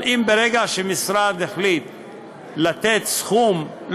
ברגע שמשרד החליט לתת סכום,